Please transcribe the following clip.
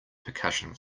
percussion